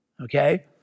Okay